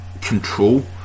control